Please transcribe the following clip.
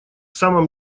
самом